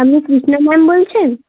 আপনি কৃষ্ণা ম্যাম বলছেন